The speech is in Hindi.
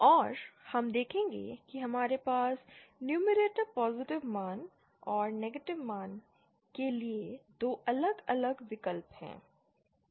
और हम देखेंगे कि हमारे पास न्यूमैरेटर पॉजिटिव मान और नेगेटिव मान के लिए 2 अलग अलग विकल्प हैं